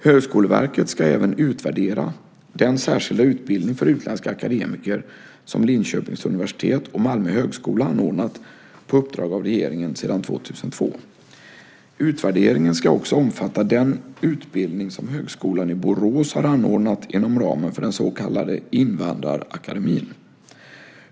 Högskoleverket ska även utvärdera den särskilda utbildning för utländska akademiker som Linköpings universitet och Malmö högskola anordnat på uppdrag av regeringen sedan 2002. Utvärderingen ska också omfatta den utbildning som Högskolan i Borås har anordnat inom ramen för den så kallade Invandrarakademin.